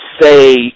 say